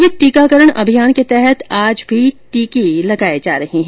Covid टीकाकरण अभियान के तहत आज भी टीके लगाए जा रहे हैं